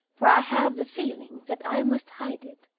for i have the feeling that i must hide it,